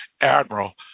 admiral